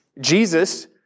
Jesus